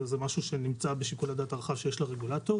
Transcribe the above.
זה משהו שנמצא בשיקול הדעת הרחב שיש לרגולטור